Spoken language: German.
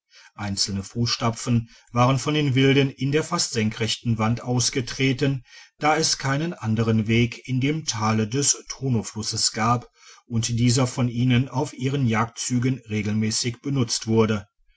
einzelne fusstapfen waren von den wilden in der fast senkrechten wand ausgetreten da es keinen anderen weg in dem tale des tonoflusses gab und dieser von ihnen auf ihren jagdztigen regelmässig benutzt wurde